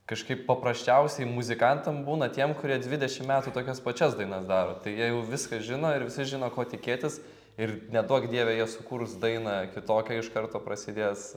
kažkaip paprasčiausiai muzikantam būna tiem kurie dvidešim metų tokias pačias dainas daro tai jie jau viską žino ir visi žino ko tikėtis ir neduok dieve jie sukurs daina kitokią iš karto prasidės